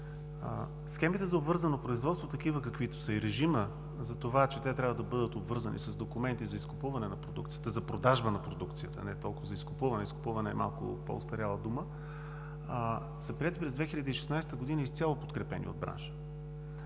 Схемите за обвързано производство – такива, каквито са, и режимът за това, че те трябва да бъдат обвързани с документи за изкупуване на продукцията, за продажба на продукцията, но не толкова за изкупуване – изкупуване е малко по-остаряла дума, са приети през 2016 г. и изцяло подкрепени от бранша.